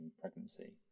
pregnancy